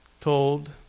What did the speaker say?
told